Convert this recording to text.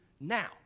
now